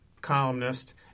columnist